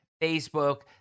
Facebook